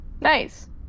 nice